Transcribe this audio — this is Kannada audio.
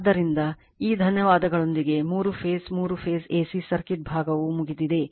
ಆದ್ದರಿಂದ ಈ ಧನ್ಯವಾದಗಳೊಂದಿಗೆ ಮೂರು ಫೇಸ್ ಮೂರು ಫೇಸ್ AC ಸರ್ಕ್ಯೂಟ್ ಭಾಗವು ಮುಗಿದಿದೆ